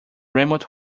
remote